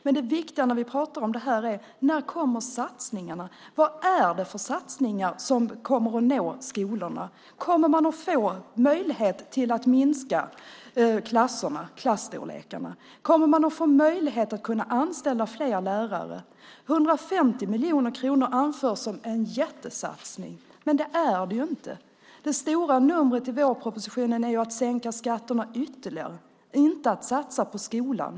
Det viktiga när vi pratar om det här är satsningarna. När kommer de? Vilka satsningar kommer att nå skolorna? Kommer man att få möjlighet att minska klasstorleken? Kommer man att få möjlighet att anställa fler lärare? 150 miljoner kronor anförs som en jättesatsning, men så är det inte. Det stora numret i vårpropositionen är ju ytterligare sänkta skatter, inte att satsa på skolan.